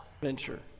venture